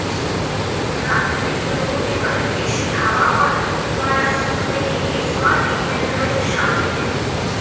प्राकृतिक लोगों के परिवेशी हवा और धूप द्वारा सूखने के लिए स्वाथिंग विंडरोइंग शामिल है